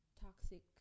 toxic